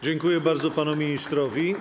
Dziękuję bardzo panu ministrowi.